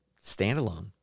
standalone